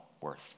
worth